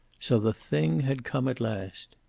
so the thing had come at last.